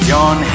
John